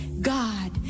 God